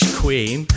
queen